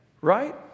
right